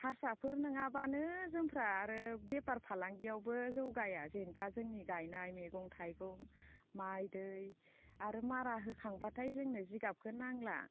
हारसाफोर नङाबानो जोंफ्रा आरो बेफार फालांगियावबो जौगाया जेनेबा जोंनि गायनाय मैगं थाइगं माइ दै आरो मारा होखांबाथाय जोंनो जिगाबखौ नांला